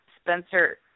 Spencer